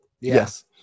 Yes